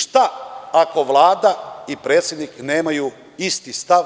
Šta ako Vlada i predsednik nemaju isti stav